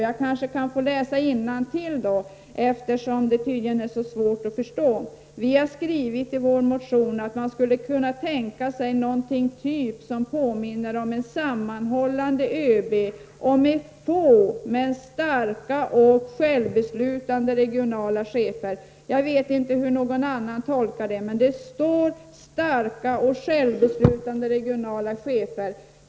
Jag kanske kan få läsa innantill eftersom det tydligen är så svårt att förstå. Vi har skrivit i vår motion att man skulle kunna tänka sig en organisation med något som påminner om en sammanhållande ÖB och med få men starka och självbeslutande regionala chefer. Jag vet inte hur någon annan tolkar det, men det står: starka och självbeslutande regionala chefer.